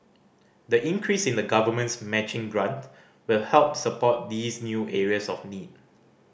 the increase in the Government's matching grant will help support these new areas of need